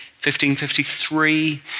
1553